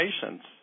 patients